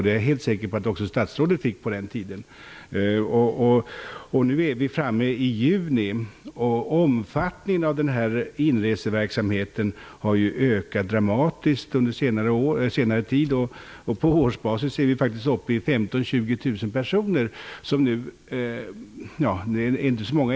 Jag är helt säker på att även statsrådet fick sådana indikationer. Nu är vi snart framme i juni, och omfattningen av denna inreseverksamhet har ökat dramatiskt under senare tid. Om trenden fortsätter handlar det snart om 15 000--20 000 personer om året.